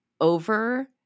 over